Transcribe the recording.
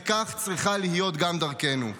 וכך צריכה להיות גם דרכנו.